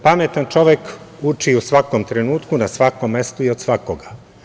Pametan čovek uči u svakom trenutku na svakom mestu i od svakoga.